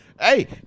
Hey